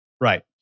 Right